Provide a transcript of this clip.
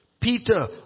Peter